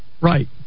Right